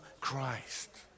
christ